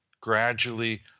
gradually